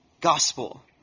Gospel